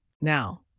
Now